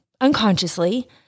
unconsciously